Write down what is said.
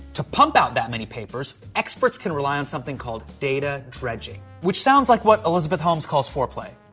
to pump out that many papers, experts can rely on something called data dredging, which sounds like what elizabeth holmes calls foreplay.